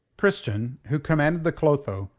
christian, who commanded the clotho,